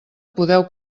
podeu